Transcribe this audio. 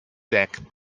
deck